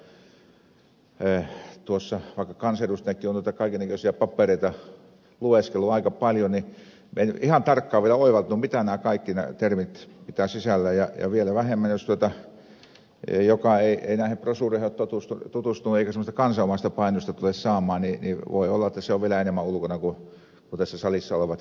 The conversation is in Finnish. vaikka kansanedustajanakin on noita kaikennäköisiä papereita lueskellut aika paljon niin minä en ole ihan tarkkaan vielä oivaltanut mitä nämä kaikki termit pitävät sisällään ja joka ei näihin brosyyreihin ole tutustunut eikä semmoista kansanomaista painosta tule saamaan voi olla vielä enemmän ulkona kuin tässä salissa olevat kansanedustajat